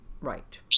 Right